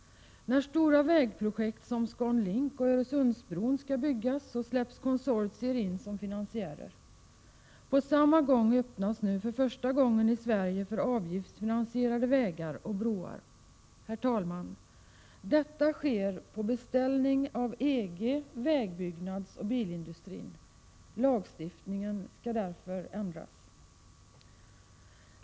När stora vägprojekt som ScanLink och Öresundsbron skall byggas släpps konsortier in som finansiärer. På samma gång öppnas nu för första gången i Sverige möjligheterna för avgiftsfinansierade vägar och broar. Herr talman! Detta sker på beställning av EG samt vägbyggnadsoch bilindustrin. Lagstiftningen skall därför ändras.